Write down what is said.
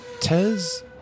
Tez